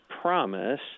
promise